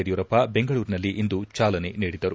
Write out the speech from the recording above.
ಯಡಿಯೂರಪ್ಪ ಬೆಂಗಳೂರಿನಲ್ಲಿಂದು ಜಾಲನೆ ನೀಡಿದರು